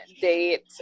date